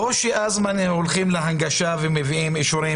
או שאז הולכים להנגשה ומביאים אישורים